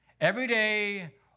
Everyday